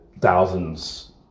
thousands